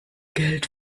geld